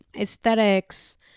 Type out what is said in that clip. aesthetics